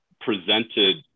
presented